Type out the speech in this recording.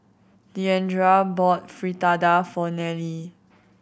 Deandra bought Fritada for Nelie